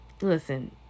Listen